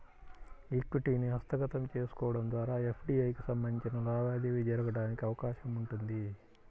ఈక్విటీని హస్తగతం చేసుకోవడం ద్వారా ఎఫ్డీఐకి సంబంధించిన లావాదేవీ జరగడానికి అవకాశం ఉంటుంది